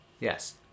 Yes